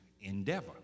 endeavor